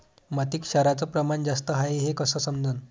मातीत क्षाराचं प्रमान जास्त हाये हे कस समजन?